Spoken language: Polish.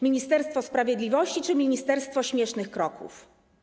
Ministerstwo Sprawiedliwości czy ministerstwo śmiesznych kroków?